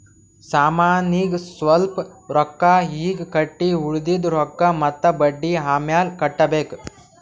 ಸಾಮಾನಿಗ್ ಸ್ವಲ್ಪ್ ರೊಕ್ಕಾ ಈಗ್ ಕಟ್ಟಿ ಉಳ್ದಿದ್ ರೊಕ್ಕಾ ಮತ್ತ ಬಡ್ಡಿ ಅಮ್ಯಾಲ್ ಕಟ್ಟಬೇಕ್